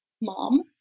Mom